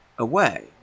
away